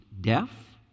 deaf